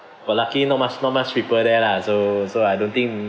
but lucky not much not much people there lah so so I don't think